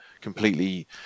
completely